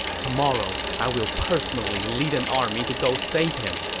tomorrow, i will personally lead an army to go save him!